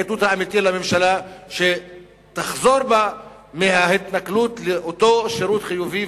האיתות האמיתי לממשלה שתחזור בה מההתנכלות לאותו שירות חיובי,